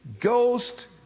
Ghost